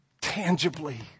tangibly